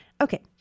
Okay